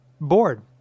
bored